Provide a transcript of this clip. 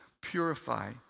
purify